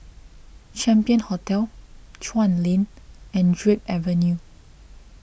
Champion Hotel Chuan Lane and Drake Avenue